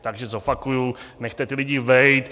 Takže zopakuju: Nechte ty lidi bejt!